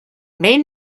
made